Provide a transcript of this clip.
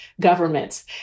governments